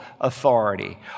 authority